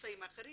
ממוצא אחר.